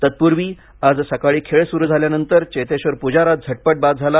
तत्पूर्वी आज सकाळी खेळ सुरु झाल्यानंतर चेतेश्वर पुजारा झटपट बाद झाला